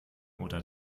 oder